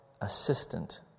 assistant